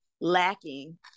lacking